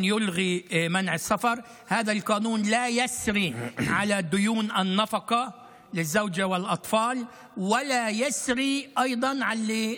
למי שהחובות שלו מגיעים עד ל-50,000 שקלים ויש מניעת יציאה מהארץ,